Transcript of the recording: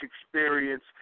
experience